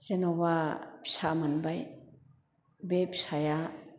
जेन'बा फिसा मोनबाय बे फिसाया